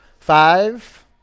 Five